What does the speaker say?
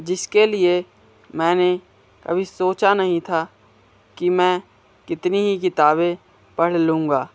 जिसके लिए मैंने कभी सोचा नहीं था कि मैं कितनी ही किताबें पढ़ लूँगा